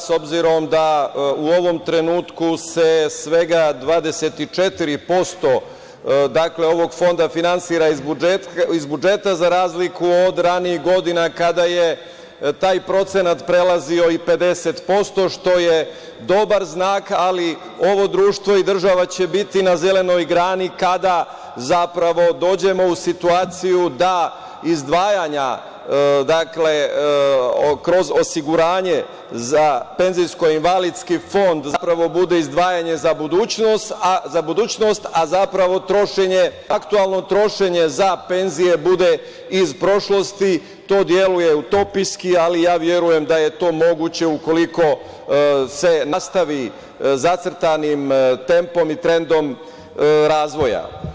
S obzirom da se u ovom trenutku 24% ovog Fonda finansira iz budžeta, za razliku od ranijih godina kada je taj procenat prelazio i 50% što je dobar znak, ali ovo društvo i država će biti na zelenoj grani kada zapravo dođemo u situaciju da izdvajanja kroz osiguranje za PIO Fond, zapravo bude izdvajanje za budućnost, a zapravo aktuelno trošenje za penzije bude iz prošlosti, to deluje utopijski, ali ja verujem da je to moguće ukoliko se nastavi zacrtanim temom i trendom razvoja.